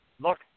Look